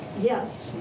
Yes